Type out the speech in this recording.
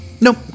nope